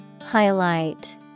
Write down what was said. Highlight